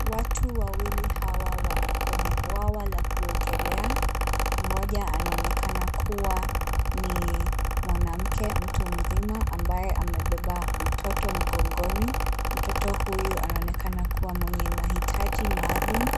Watu wawili hawa wako kwenye bwawa la kuogelea. Mmoja anaonekana kuwa ni mwanamke mtu mzima ambaye amebeba mtoto mgongoni. Mtoto huyu anaonekana kuwa mwenye mahitaji maalum